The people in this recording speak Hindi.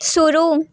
शुरू